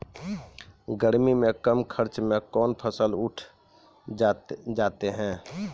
गर्मी मे कम खर्च मे कौन फसल उठ जाते हैं?